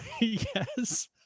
Yes